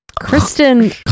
Kristen